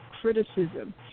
criticism